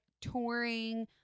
touring